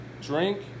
drink